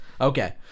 okay